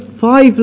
five